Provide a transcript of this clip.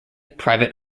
private